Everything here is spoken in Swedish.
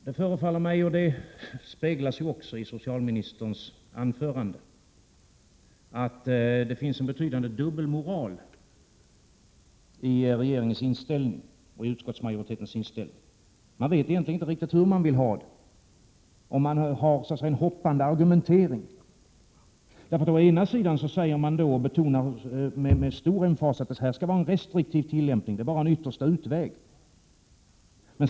Det förefaller mig, vilket också speglas i socialministerns anförande, att det finns en betydande dubbelmoral i regeringens och utskottsmajoritetens inställning. De vet egentligen inte hur de vill ha det. De har en ”hoppande argumentering”. Med stor emfas betonas att tillämpningen skall vara restriktiv. Detta är bara en yttersta utväg.